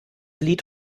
lied